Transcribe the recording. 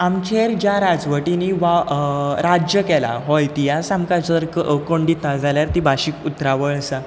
आमचेर ज्या राजवटींनी वाव राज्य केला हो इतिहास आमकां जर कोण दिता जाल्यार ती भाशीक उतरावळ आसा